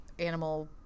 animal